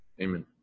Amen